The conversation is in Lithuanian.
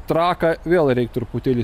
traką vėl reik truputėlį